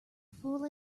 fool